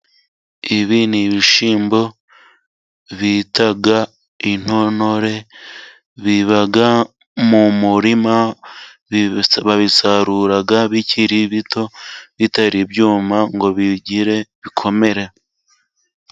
Ibi ni ibishyimbo bita intonore， biba mu murima，babisarura bikiri bito，bitari byuma ngo bigire， bikomere.